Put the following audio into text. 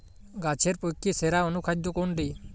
গাছের পক্ষে সেরা অনুখাদ্য কোনটি?